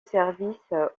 service